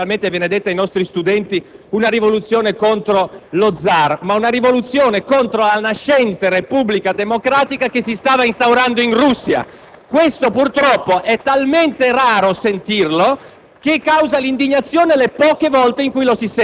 La Rivoluzione d'ottobre non è stata, come generalmente viene detto ai nostri studenti, una rivoluzione contro lo Zar, ma una rivoluzione contro la nascente repubblica democratica che si stava instaurando in Russia. *(Applausi dai Gruppi